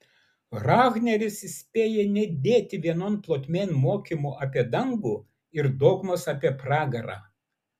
rahneris įspėja nedėti vienon plotmėn mokymo apie dangų ir dogmos apie pragarą